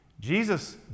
Jesus